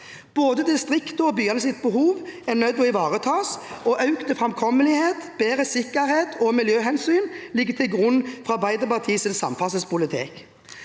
Både distriktenes og byenes behov er nødt til å ivaretas. Økt framkommelighet, bedre sikkerhet og miljøhensyn ligger til grunn for Arbeiderpartiets samferdselspolitikk.